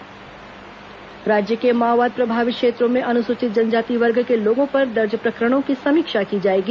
प्रकरण समीक्षा राज्य के माओवाद प्रभावित क्षेत्रों में अनुसूचित जनजाति वर्ग के लोगों पर दर्ज प्रकरणों की समीक्षा की जाएगी